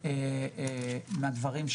נכון, ולא משנה באיזה ארגון עובדים הם חברים.